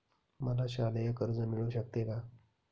मला शालेय कर्ज मिळू शकते का?